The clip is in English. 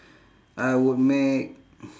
I would make